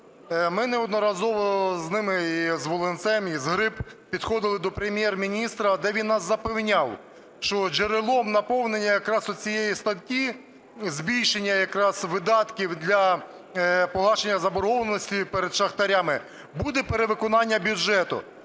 Ми неодноразово з ними (і з Волинцем, і Гриб) підходили до Прем’єр-міністра, де він нас запевняв, що джерелом наповнення якраз оцієї статті, збільшення якраз видатків для погашення заборгованості перед шахтарями буде перевиконання бюджету.